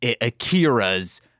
Akira's